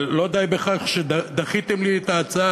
אבל לא די בכך שדחיתם לי את ההצעה,